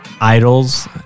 idols